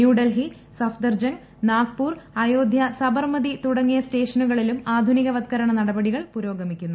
ന്യൂഡൽഹി സഫ്ദർജംഗ് നാഗ്പൂർ അയോധ്യ സബർമതി തുടങ്ങിയ സ്റ്റേഷനുകളിലും ആധുനികവത്ക്കരണ നടപടികൾ പുരോഗമിക്കുന്നു